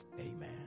Amen